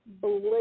believe